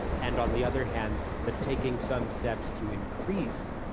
and on the other hand, the taking some steps to increase